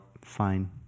fine